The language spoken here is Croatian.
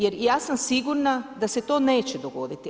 Jer ja sam sigurna da se to neće dogoditi.